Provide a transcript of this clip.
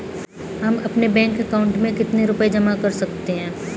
हम अपने bank account में कितने रुपये जमा कर सकते हैं?